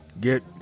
Get